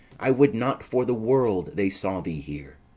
i would not for the world they saw thee here.